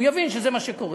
הוא יבין שזה מה שקורה.